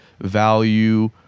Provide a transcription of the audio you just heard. value